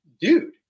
dude